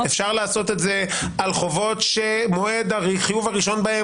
אפשר לעשות על חובות שמועד החיוב הראשון בהם